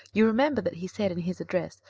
you remember that he said in his address,